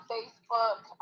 Facebook